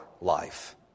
life